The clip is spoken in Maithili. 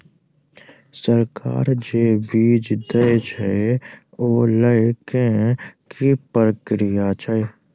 सरकार जे बीज देय छै ओ लय केँ की प्रक्रिया छै?